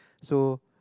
so